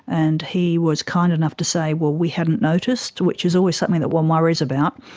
and he was kind enough to say, well, we hadn't noticed which is always something that one worries about.